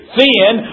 thin